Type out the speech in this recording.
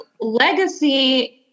legacy